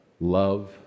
Love